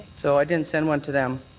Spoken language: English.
so i didn't send one to them.